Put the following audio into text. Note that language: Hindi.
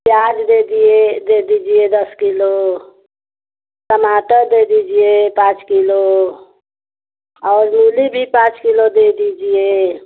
प्याज दे दिए दे दीजिए दस किलो टमाटर दे दीजिए पाँच किलो और मूली भी पाँच किलो दे दीजिए